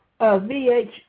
VH